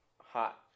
hot